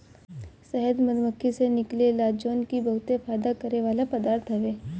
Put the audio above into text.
शहद मधुमक्खी से निकलेला जवन की बहुते फायदा करेवाला पदार्थ हवे